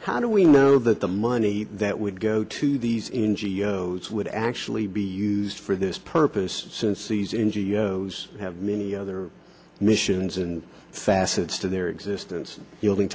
how do we know that the money that would go to these n g o s would actually be used for this purpose since these n g o s have many other missions and facets to their existence the only